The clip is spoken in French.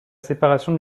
séparation